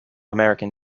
american